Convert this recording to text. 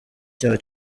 icyaha